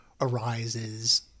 arises